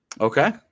okay